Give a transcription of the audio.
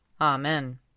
Amen